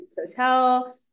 hotel